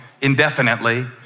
indefinitely